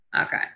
Okay